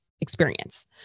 experience